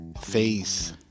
face